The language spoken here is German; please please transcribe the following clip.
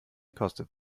kostet